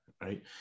right